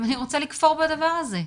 אני רוצה לכפור בדבר הזה.